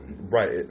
right